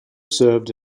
served